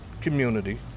community